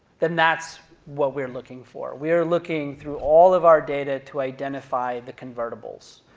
then that's what we're looking for. we're looking through all of our data to identify the convertibles,